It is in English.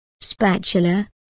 spatula